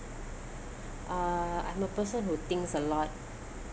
uh I'm a person who thinks a lot